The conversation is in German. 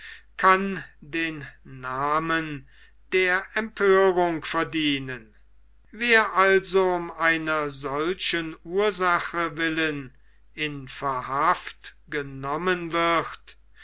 kann den namen der empörung verdienen wer also um einer solchen ursache willen in verhaft genommen wird